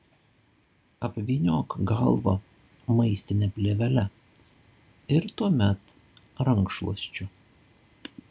apvyniok galvą maistine plėvele ir tuomet rankšluosčiu